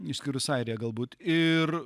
išskyrus airiją galbūt ir